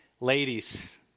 Ladies